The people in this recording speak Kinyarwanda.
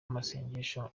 amasengesho